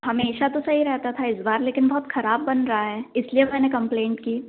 हमेशा तो सही रहता था इस बार लेकिन बहुत ख़राब बन रहा है इसलिए मैंने कंप्लेन की